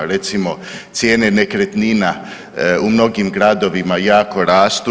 Recimo cijene nekretnina u mnogim gradovima jako rastu.